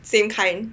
same kind